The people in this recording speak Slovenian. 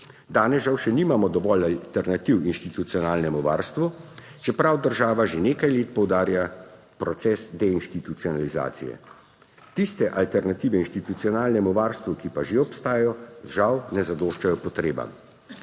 Danes žal še nimamo dovolj alternativ institucionalnemu varstvu, čeprav država že nekaj let poudarja proces deinstitucionalizacije. Tiste alternative institucionalnemu varstvu, ki pa že obstajajo, žal ne zadoščajo potrebam.